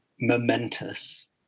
momentous